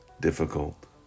difficult